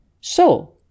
So